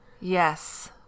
Yes